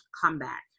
comeback